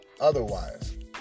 otherwise